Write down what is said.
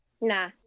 Nah